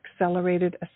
accelerated